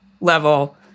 level